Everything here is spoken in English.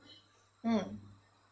mm